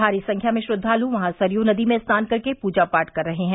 भारी संख्या में श्रद्वाल् वहां सरयू नदी में स्नान कर के पूजा पाठ कर रहे हैं